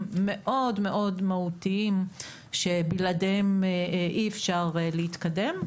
מאוד מאוד מהותיים שבלעדיהם אי אפשר להתקדם.